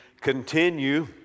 continue